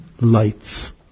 lights